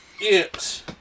Yes